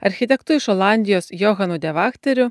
architektu iš olandijos johanu devachteriu